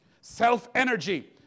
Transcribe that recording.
Self-energy